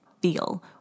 feel